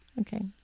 Okay